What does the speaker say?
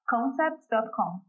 concepts.com